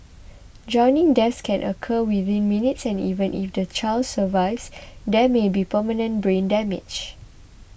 drowning deaths can occur within minutes and even if the child survives there may be permanent brain damage